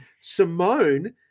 Simone